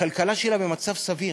הכלכלה שלה במצב סביר,